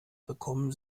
bekommen